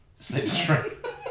slipstream